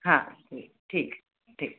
हाँ ठीक है ठीक